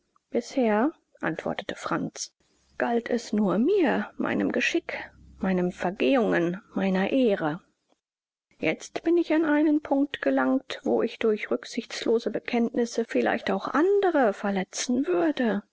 bisher antwortete franz galt es nur mir meinem geschick meinen vergehungen meiner ehre jetzt bin ich an einen punct gelangt wo ich durch rücksichtslose bekenntnisse vielleicht auch andere verletzen würde